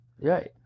Right